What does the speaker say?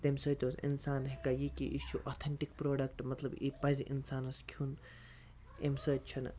تَمہِ سۭتۍ اوس اِنسان ہیٚکان یہِ کہِ یہِ چھُ اوتھیٚنٹِک پرٛوڈَکٹہٕ مَطلَب یہِ پَزِ اِنسانَس کھیٚون اَمہِ سۭتۍ چھُنہٕ